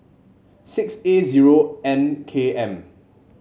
six A zero N K M